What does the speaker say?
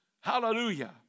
Hallelujah